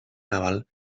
naval